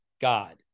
God